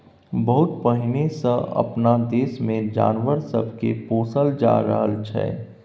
बहुत पहिने सँ अपना देश मे जानवर सब के पोसल जा रहल छै